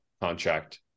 contract